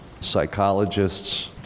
psychologists